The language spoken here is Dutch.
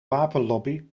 wapenlobby